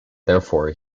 therefore